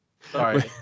sorry